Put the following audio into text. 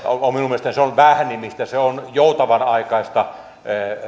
minun mielestäni on vähnimistä se on joutavanaikaista